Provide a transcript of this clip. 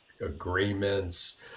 agreements